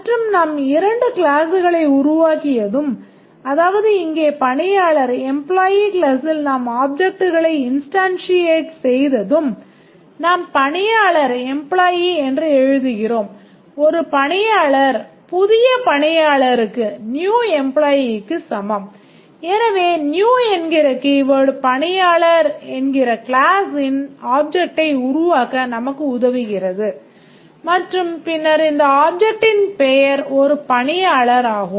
மற்றும் நாம் இரண்டு கிளாஸ்களை உருவாக்கியதும் அதாவது இங்கே பணியாளர் ஆகும்